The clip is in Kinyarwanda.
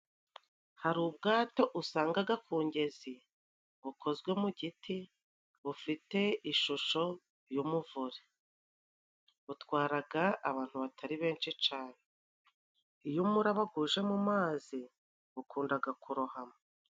Hari ubwato usangaga ku ngezi bukozwe mu giti, bufite ishusho y'umuvure, butwaraga abantu batari benshi cane. Iyo umuraba guje mu mazi gakundaga kurohama.